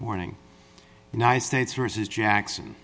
morning united states versus jackson